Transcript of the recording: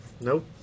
Nope